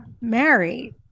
married